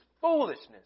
foolishness